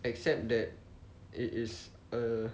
except that it is a